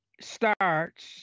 starts